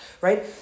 right